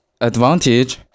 advantage